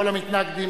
כל המתנגדים,